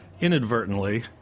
inadvertently